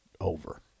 over